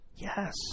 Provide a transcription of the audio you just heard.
yes